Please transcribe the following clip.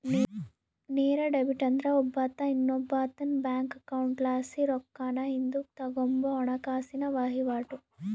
ನೇರ ಡೆಬಿಟ್ ಅಂದ್ರ ಒಬ್ಬಾತ ಇನ್ನೊಬ್ಬಾತುನ್ ಬ್ಯಾಂಕ್ ಅಕೌಂಟ್ಲಾಸಿ ರೊಕ್ಕಾನ ಹಿಂದುಕ್ ತಗಂಬೋ ಹಣಕಾಸಿನ ವಹಿವಾಟು